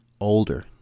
Older